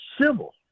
civil